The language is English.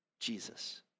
Jesus